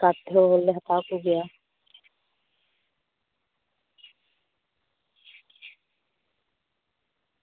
ᱚᱱᱠᱟ ᱛᱮᱦᱚᱸ ᱵᱚᱞᱮ ᱞᱮ ᱦᱟᱛᱟᱣ ᱠᱚᱜᱮᱭᱟ